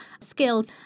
skills